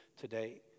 today